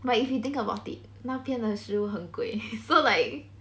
but if you think about it 那边的食物很贵 so like